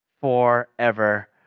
forever